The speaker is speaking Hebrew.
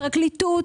פרקליטות,